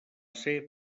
ser